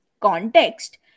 context